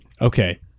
Okay